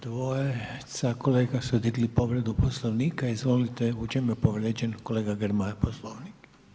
Dvojica kolege su digli povredu Poslovnika, izvolite u čemu je podređen, kolega Grmoja Poslovnik?